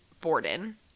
Borden